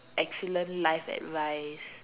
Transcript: excellent life advice